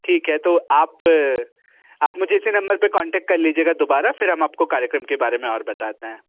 ठीक है तो आप आप मुझे इसी नंबर पर कांटेक्ट कर लीजिएगा दोबारा फिर हम आपको कार्यक्रम के बारे में और बताते हैं